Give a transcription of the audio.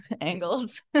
angles